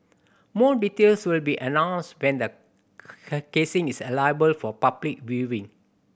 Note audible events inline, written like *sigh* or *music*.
more details will be announced when the *unintelligible* casing is *unintelligible* for public viewing